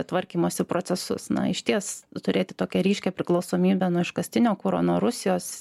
tvarkymosi procesus na išties turėti tokią ryškią priklausomybę nuo iškastinio kuro nuo rusijos